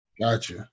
Gotcha